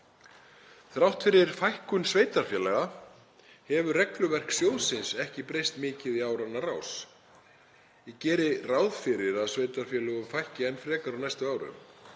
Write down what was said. Þrátt fyrir fækkun sveitarfélaga hefur regluverk sjóðsins ekki breyst mikið í áranna rás. Ég geri ráð fyrir að sveitarfélögum fækki enn frekar á næstu árum